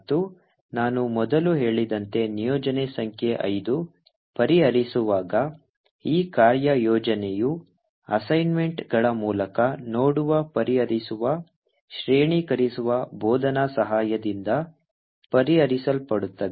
ಮತ್ತು ನಾನು ಮೊದಲು ಹೇಳಿದಂತೆ ನಿಯೋಜನೆ ಸಂಖ್ಯೆ ಐದು ಪರಿಹರಿಸುವಾಗ ಈ ಕಾರ್ಯಯೋಜನೆಯು ಅಸೈನ್ಮೆಂಟ್ಗಳ ಮೂಲಕ ನೋಡುವ ಪರಿಹರಿಸುವ ಶ್ರೇಣೀಕರಿಸುವ ಬೋಧನಾ ಸಹಾಯದಿಂದ ಪರಿಹರಿಸಲ್ಪಡುತ್ತದೆ